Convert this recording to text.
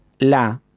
la